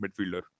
midfielder